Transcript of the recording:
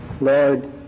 Lord